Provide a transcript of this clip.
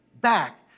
back